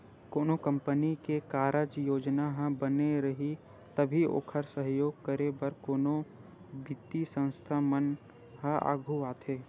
कोनो कंपनी के कारज योजना ह बने रइही तभी ओखर सहयोग करे बर कोनो बित्तीय संस्था मन ह आघू आथे